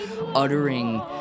uttering